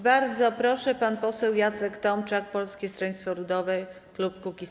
Bardzo proszę, pan poseł Jacek Tomczak, Polskie Stronnictwo Ludowe - Kukiz15.